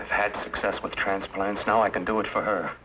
i've had success with transplants now i can do it for